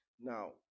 Now